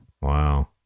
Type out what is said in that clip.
Wow